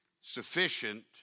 sufficient